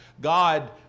God